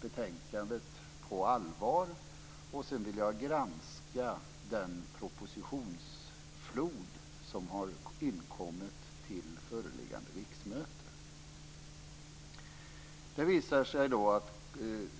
betänkandet på allvar, och sedan granskade jag den propositionsflod som har inkommit till föreliggande riksmöte.